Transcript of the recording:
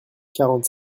quarante